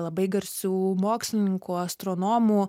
labai garsių mokslininkų astronomų